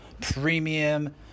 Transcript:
premium